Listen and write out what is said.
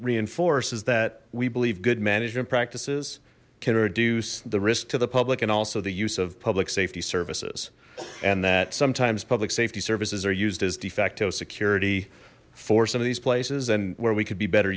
reinforce is that we believe good management practices can reduce the risk to the public and also the use of public safety services and that sometimes public safety services are used as de facto security for some of these places and where we could be better